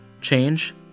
change